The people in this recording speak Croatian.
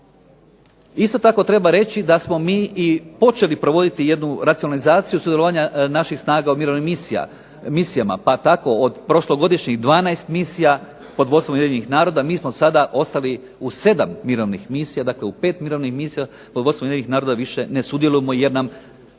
Isto tako treba reći da smo mi i počeli provoditi jednu racionalizaciju sudjelovanja naših snaga u mirovnim misijama. Pa tako od prošlogodišnjih 12 misija pod vodstvom UN-a mi smo sada ostali u 7 mirovnih misija. Dakle, u 5 mirovnih misija pod vodstvom UN-a više ne sudjelujemo jer nam nose